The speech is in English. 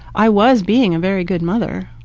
i was being a very good mother.